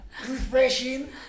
refreshing